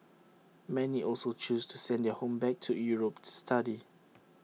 many also chose to send their home back to Europe to study